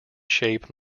shape